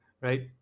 right